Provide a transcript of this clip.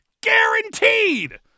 GUARANTEED